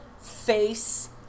face